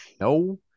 No